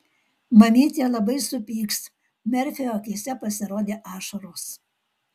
mamytė labai supyks merfio akyse pasirodė ašaros